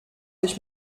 ich